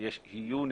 הוא לא יושב.